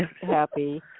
happy